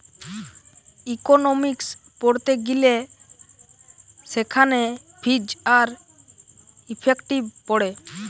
economics পড়তে গিলে সেখানে ফিজ আর ইফেক্টিভ পড়ে